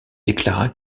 déclara